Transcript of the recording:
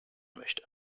möchte